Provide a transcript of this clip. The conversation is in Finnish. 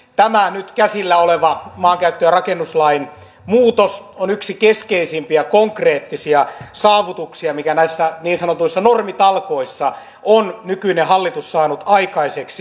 tämä nyt käsillä oleva maankäyttö ja rakennuslain muutos on yksi keskeisimpiä konkreettisia saavutuksia mitä näissä niin sanotuissa normitalkoissa nykyinen hallitus on saanut aikaiseksi